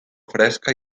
fresca